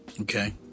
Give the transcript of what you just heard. okay